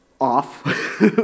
Off